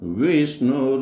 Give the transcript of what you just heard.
vishnu